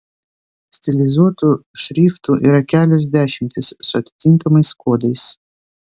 stilizuotų šriftų yra kelios dešimtys su atitinkamais kodais